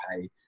hey